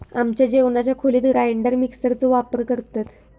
आमच्या जेवणाच्या खोलीत ग्राइंडर मिक्सर चो वापर करतत